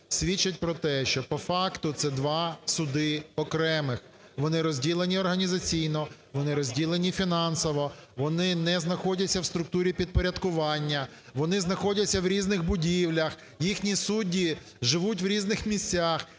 свідчить про те, що по факту це два суди окремих, вони розділені організаційно, вони розділені фінансово, вони не знаходяться в структурі підпорядкування, вони знаходяться в різних будівлях, їхні судді живуть в різних місцях.